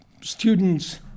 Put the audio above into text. students